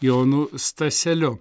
jonu staseliu